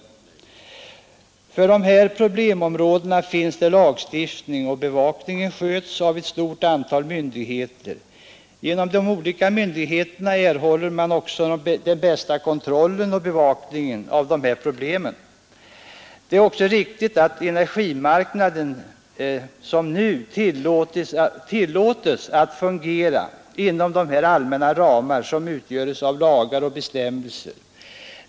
För dessa problemområden finns det lagstiftning, och bevakningen sköts av ett stort antal myndigheter. Genom de olika myndigheterna erhåller man den bästa kontrollen och bevakningen av problemen. Det är också riktigt att energimarknaden såsom nu tillåts att fungera inom de allmänna ramar som utgörs av lagar och bestämmelser.